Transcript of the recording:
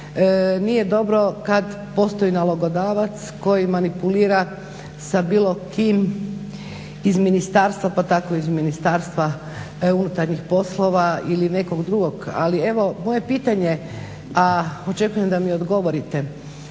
Nije dobro kada postoji nalogodavac koji manipulira sa bilo kim iz ministarstva pa tako iz MUP-a ili nekog drugog. Ali evo moje pitanje, a očekujem da mi odgovorite.